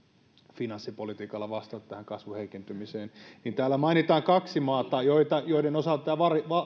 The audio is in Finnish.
finanssipolitiikalla tähän kasvun heikentymiseen täällä mainitaan kaksi maata joiden osalta